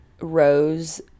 rose